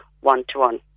one-to-one